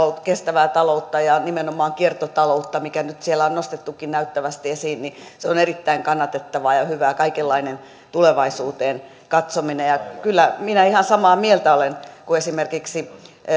kestävää taloutta ja nimenomaan kiertotaloutta mikä nyt siellä on nostettukin näyttävästi esiin niin erittäin kannatettavaa ja hyvää on kaikenlainen tulevaisuuteen katsominen kyllä minä ihan samaa mieltä olen kuin esimerkiksi